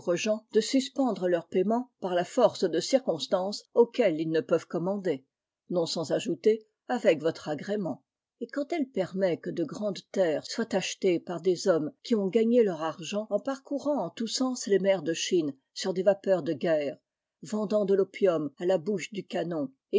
de suspendre leurs paiements par la force de circonstances auxquelles ils ne peuvent commander non sans ajouter avec votre agrément et quand elle permet que de grandes terres soient achetées par des hommes qui ont gagné leur argent en parcourant en tous sens les mers de chine sur des vapeurs de guerre vendant de l'opium à la bouche du canon